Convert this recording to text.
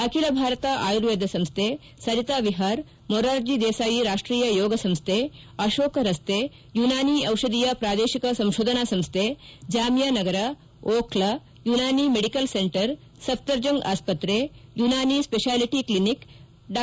ಅಖಿಲ ಭಾರತ ಆಯುರ್ವೇದ ಸಂಸ್ಥೆ ಸರಿತಾ ವಿಹಾರ್ ಮೊರಾರ್ಜಿ ದೇಸಾಯಿ ರಾಷ್ಟೀಯ ಯೋಗ ಸಂಸ್ಥೆ ಅಶೋಕ ರಸ್ತೆ ಯುನಾನಿ ಔಷಧೀಯ ಪ್ರಾದೇಶಿಕ ಸಂಶೋಧನಾ ಸಂಸ್ಥೆ ಜಾಮಿಯಾ ನಗರ ಓಖ್ಲಾ ಯುನಾನಿ ಮೆಡಿಕಲ್ ಸೆಂಟರ್ ಸಫ್ಫರ್ಜಂಗ್ ಆಸ್ಪತ್ರೆ ಯುನಾನಿ ಸ್ವೆಡಾಲಿಟಿ ಕ್ಷಿನಿಕ್ ಡಾ